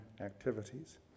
activities